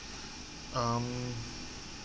um